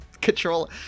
control